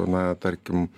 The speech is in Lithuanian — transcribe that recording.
na tarkim